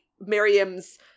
Miriam's